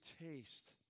taste